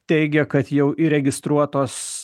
teigia kad jau įregistruotos